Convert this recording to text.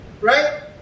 Right